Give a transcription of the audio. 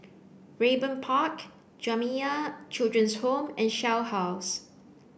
Raeburn Park Jamiyah Children's Home and Shell House